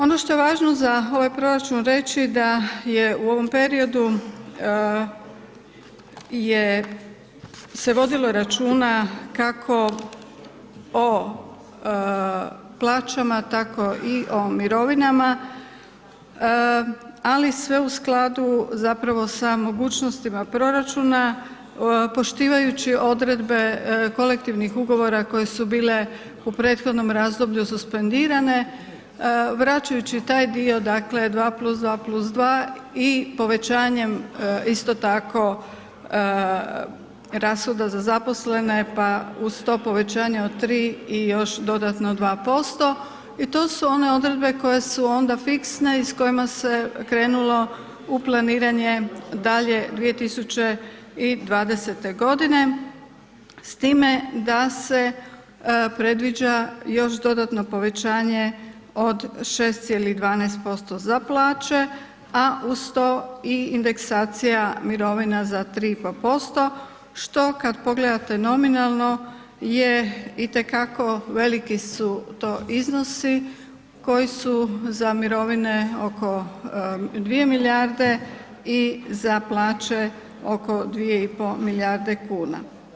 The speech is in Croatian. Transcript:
Ono što je važno za ovaj proračun reći da je u ovom periodu se vodilo računa kako o plaćama tako i o mirovinama, ali sve u skladu zapravo sa mogućnostima proračuna, poštivajući odredbe kolektivnih ugovora koje su bile u prethodnom razdoblju suspendirane, vraćajući taj dio 2+2+2 i povećanjem isto tako rashoda za zaposlene, pa uz to povećanje od 3 i još dodatno 2%. i to su onda odredbe koje su fiksne i s kojima se krenulo u planiranje dalje 2020. godine, s time da se predviđa još dodatno povećanje od 6,12% za plaće, a uz to indeksacija mirovina za 3,5% što kada pogledate nominalno je itekako veliki su to iznosi koji su za mirovine oko 2 milijarde i za plaće oko 2,5 milijarde kuna.